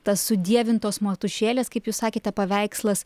tas sudievintos motušėlės kaip jūs sakėte paveikslas